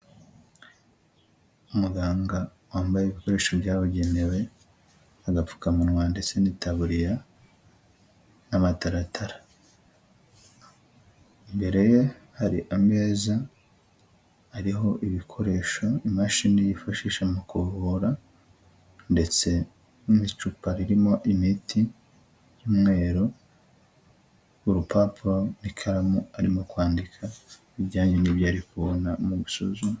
Umuganga wambaye ibikoresho byabugenewe, agapfukamunwa ndetse n'itaburiya n'amataratara, imbere ye hari ameza ari ibikoresho, imashini yifashisha mu kuvura ndetse n'icupa ririmo imiti y'umweru, urupapuro n'ikaramu arimo kwandika ibijyanye n'ibyo ari kubona mu gusuzuma.